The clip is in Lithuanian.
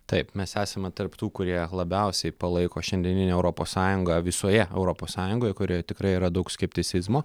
taip mes esame tarp tų kurie labiausiai palaiko šiandieninę europos sąjungą visoje europos sąjungoj kurioje tikrai yra daug skepticizmo